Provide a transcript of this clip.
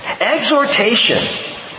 Exhortation